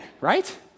right